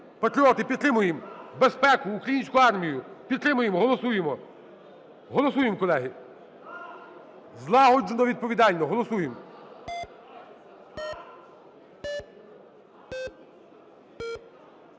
Патріоти, підтримуємо безпеку, українську армію, підтримуємо, голосуємо. Голосуємо, колеги, злагоджено, відповідально. Голосуємо.